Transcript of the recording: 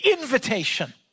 invitation